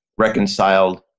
reconciled